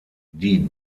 die